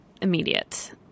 immediate